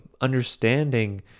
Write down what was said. understanding